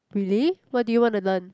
really what do you want to learn